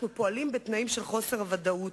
אנחנו פועלים בתנאים של חוסר ודאות.